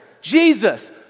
Jesus